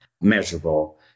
measurable